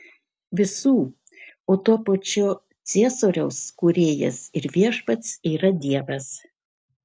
visų o tuo pačiu ciesoriaus kūrėjas ir viešpats yra dievas